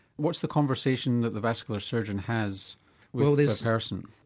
what's the conversation that the vascular surgeon has with a person?